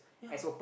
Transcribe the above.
yeah